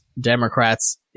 democrats